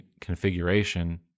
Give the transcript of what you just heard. configuration